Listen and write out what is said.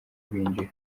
binjira